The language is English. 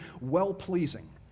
well-pleasing